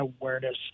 awareness